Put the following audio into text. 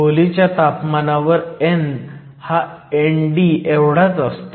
खोलीच्या तापमानावर n हा ND एवढाच असतो